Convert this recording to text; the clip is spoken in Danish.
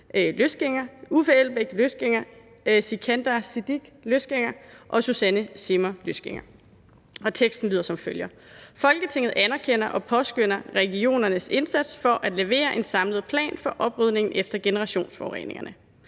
Uffe Elbæk (UFG), Sikandar Siddique (UFG) og Susanne Zimmer (UFG) oplæse følgende: Forslag til vedtagelse »Folketinget anerkender og påskønner regionernes indsats for at levere en samlet plan for oprydning efter generationsforureningerne.